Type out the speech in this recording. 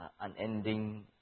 unending